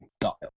dial